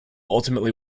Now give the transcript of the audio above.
ultimately